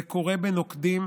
זה קורה בנוקדים,